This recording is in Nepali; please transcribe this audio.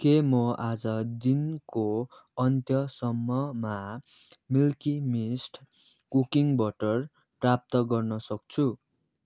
के म आज दिनको अन्त्यसम्ममा मिल्की मिस्ट कुकिङ बटर प्राप्त गर्नसक्छु